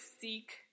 seek